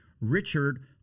Richard